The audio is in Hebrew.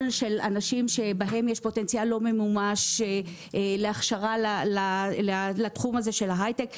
של אנשים שבהם יש פוטנציאל לא ממומש להכשרה לתחום הזה של ההיי-טק.